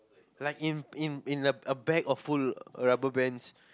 like in in in a a bag of full rubber bands